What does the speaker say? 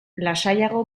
lasaiago